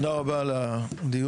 תודה רבה על הדיון,